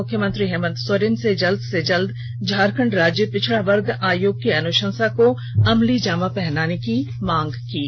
मुख्यमंत्री हेमंत सोरेन से जल्द से जल्द झारखंड राज्य पिछड़ा वर्ग आयोग की अनुशंसा को अमलीजामा पहनाने की मांग की है